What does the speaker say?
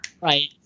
Right